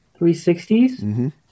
360s